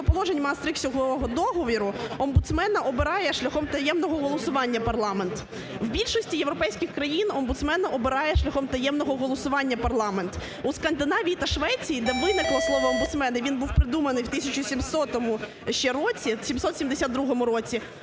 У Скандинавії та Швеції, де виникло слово омбудсмен, і він був придуманий в 1700 ще році, в 772 році,